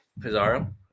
Pizarro